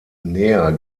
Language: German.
näher